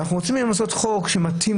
אנחנו רוצים היום לעשות חוק שמפשט.